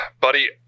Buddy